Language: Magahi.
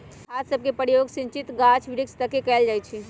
खाद सभके प्रयोग सिंचित गाछ वृक्ष तके कएल जाइ छइ